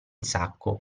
sacco